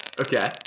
Okay